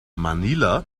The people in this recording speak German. manila